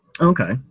Okay